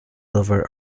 lover